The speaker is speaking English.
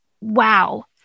Wow